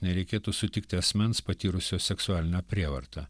nereikėtų sutikti asmens patyrusio seksualinę prievartą